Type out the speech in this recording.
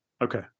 Okay